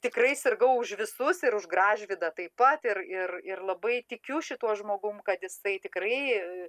tikrai sirgau už visus ir už gražvydą taip pat ir ir ir labai tikiu šituo žmogum kad jisai tikrai